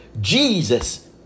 Jesus